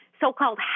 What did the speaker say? so-called